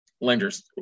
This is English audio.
lenders